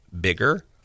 bigger